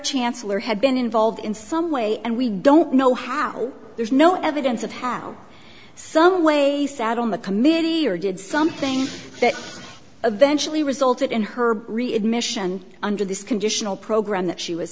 chancellor had been involved in some way and we don't know how there's no evidence of how some ways sat on the committee or did something that eventually resulted in her readmission under this conditional program that she was